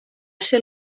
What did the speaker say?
ser